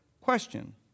question